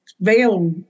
veil